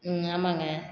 ம் ஆமாங்க